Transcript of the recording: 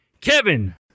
Kevin